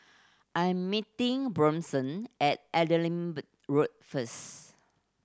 I am meeting Blossom at Edinburgh Road first